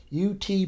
UT